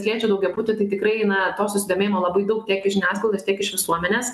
sėdžiu daugiabuty tai tikrai na to susidomėjimo labai daug tiek iš žiniasklaidos tiek iš visuomenės